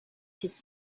his